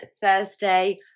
Thursday